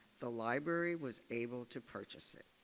the library was able to purchase it.